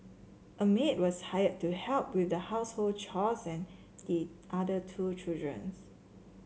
a maid was hired to help with the household chores and the other two children